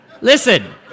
listen